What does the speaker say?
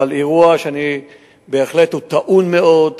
אבל זה אירוע שבהחלט הוא טעון מאוד,